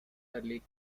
early